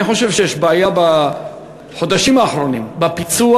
אני חושב שיש בעיה בחודשים האחרונים בפיצו"ח,